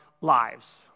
lives